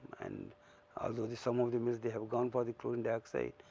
and although the some of the mills they have gone for the chlorine dioxide,